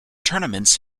tournaments